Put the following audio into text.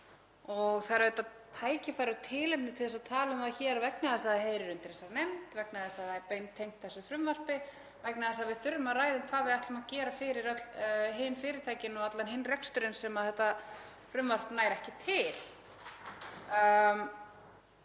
um. Það er auðvitað tækifæri og tilefni til að tala um það hér vegna þess að það heyrir undir þessa nefnd, vegna þess að það er beintengt þessu frumvarpi, vegna þess að við þurfum að ræða um hvað við ætlum að gera fyrir öll hin fyrirtækin og allan hinn reksturinn sem þetta frumvarp nær ekki til.